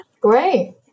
Great